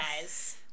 guys